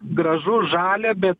gražu žalia be